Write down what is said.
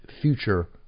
future